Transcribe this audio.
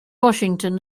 washington